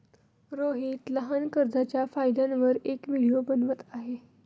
रोहित लहान कर्जच्या फायद्यांवर एक व्हिडिओ बनवत आहे